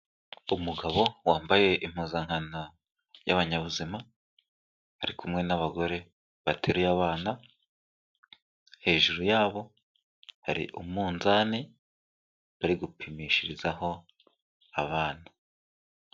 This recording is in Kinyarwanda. Umugabo wambaye impuzankano y'abanyabuzima, ari kumwe n'abagore bateruye abana, hejuru yabo hari umunzani bari gupimishirizaho abana.